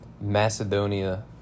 Macedonia